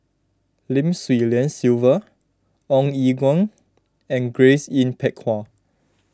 Lim Swee Lian Sylvia Ong Eng Guan and Grace Yin Peck Ha